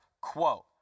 Quote